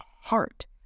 heart